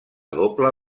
doble